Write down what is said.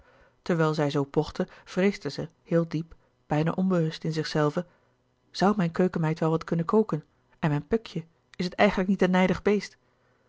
terwijl zij zoo pochte vreesde zij heel diep bijna onbewust in zichzelve zoû mijn keukenmeid wel wat kunnen kooken en mijn puckje is het eigenlijk niet een nijdig beest